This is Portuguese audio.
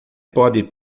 pode